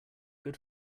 good